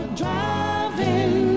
driving